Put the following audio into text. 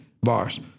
bars